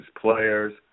players